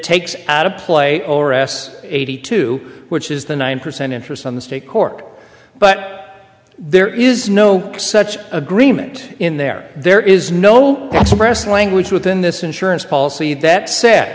takes out a play over s eighty two which is the nine percent interest on the state court but there is no such agreement in there there is no interest language within this insurance policy that